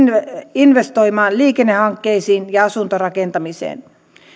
investoimaan liikennehankkeisiin ja asuntorakentamiseen